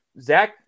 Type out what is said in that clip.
Zach